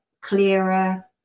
clearer